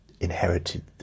inherited